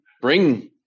bring